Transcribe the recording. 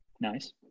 Nice